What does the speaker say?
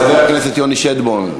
חבר הכנסת יוני שטבון,